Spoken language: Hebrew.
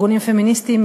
ארגונים פמיניסטיים,